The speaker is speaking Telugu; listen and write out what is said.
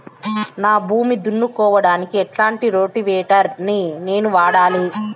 నా భూమి దున్నుకోవడానికి ఎట్లాంటి రోటివేటర్ ని నేను వాడాలి?